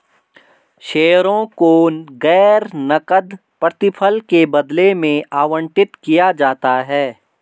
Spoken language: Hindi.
शेयरों को गैर नकद प्रतिफल के बदले में आवंटित किया जाता है